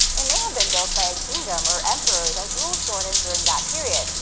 it may have been built by a kingdom or emperor that ruled jordan during that period,